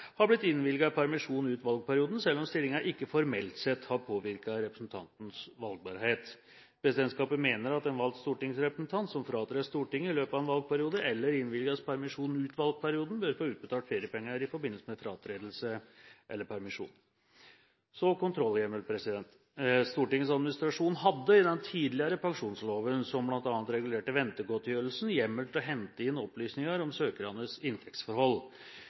har blitt innvilget permisjon ut valgperioden, selv om stillingen ikke formelt sett har påvirket representantens valgbarhet. Presidentskapet mener at en valgt stortingsrepresentant, som fratrer Stortinget i løpet av en valgperiode eller innvilges permisjon ut valgperioden, bør få utbetalt feriepenger i forbindelse med fratredelse eller permisjon. Så til kontrollhjemmel: Stortingets administrasjon hadde i den tidligere pensjonsloven, som bl.a. regulerte ventegodtgjørelsen, hjemmel til å hente inn opplysninger om søkernes inntektsforhold.